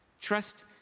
Trust